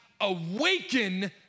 awaken